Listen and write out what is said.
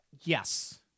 Yes